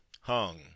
hung